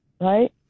right